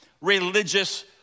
religious